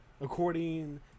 according